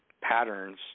patterns